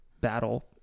battle